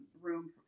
room